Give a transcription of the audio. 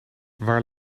waar